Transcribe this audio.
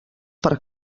per